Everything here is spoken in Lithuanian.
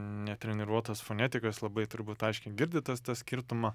netreniruotas fonetikas labai turbūt aiškiai girdi tas tas skirtumą